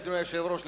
אדוני היושב-ראש,